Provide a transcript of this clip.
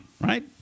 right